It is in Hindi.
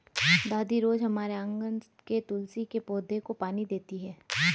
दादी रोज हमारे आँगन के तुलसी के पौधे को पानी देती हैं